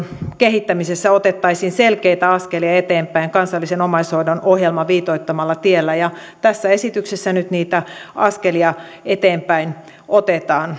kehittämisessä otettaisiin selkeitä askelia eteenpäin kansallisen omaishoidon ohjelman viitoittamalla tiellä ja tässä esityksessä nyt niitä askelia eteenpäin otetaan